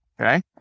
Okay